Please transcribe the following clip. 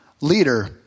leader